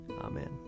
Amen